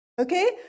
okay